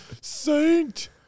saint